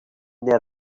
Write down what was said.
there